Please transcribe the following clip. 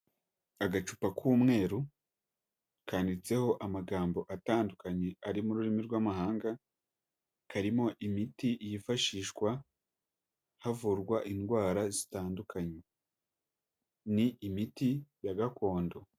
Agacupa k'umweru kanditseho amagambo atandukanye ari mu rurimi rw'amahanga, karimo imiti yifashishwa havurwa indwara zitandukanye ni imiti ya gakondo.